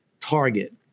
target